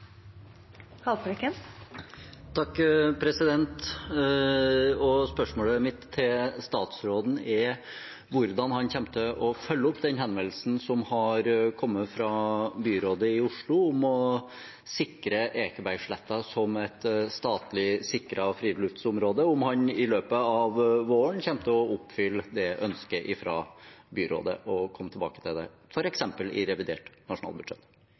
Spørsmålet mitt til statsråden er hvordan han kommer til å følge opp den henvendelsen som har kommet fra byrådet i Oslo om å sikre Ekebergsletta som et statlig sikret friluftslivsområde – om han i løpet av våren kommer til å oppfylle det ønsket fra byrådet og komme tilbake til det, f.eks. i revidert nasjonalbudsjett.